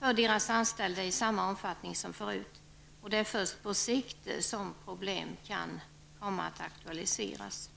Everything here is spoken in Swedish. för deras anställda i samma omfattning som förut. Det är först på sikt som problem kan komma att aktualiseras.